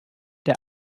der